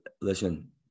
Listen